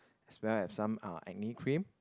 as well as some ah acne cream